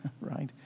right